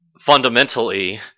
fundamentally